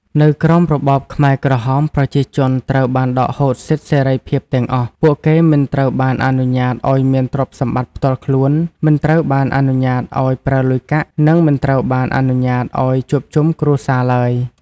នៅក្រោមរបបខ្មែរក្រហម ប្រជាជនត្រូវបានដកហូតសិទ្ធិសេរីភាពទាំងអស់ ពួកគេមិនត្រូវបានអនុញ្ញាតឲ្យមានទ្រព្យសម្បត្តិផ្ទាល់ខ្លួន មិនត្រូវបានអនុញ្ញាតឲ្យប្រើលុយកាក់ និងមិនត្រូវបានអនុញ្ញាតឲ្យជួបជុំគ្រួសារឡើយ។